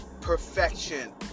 perfection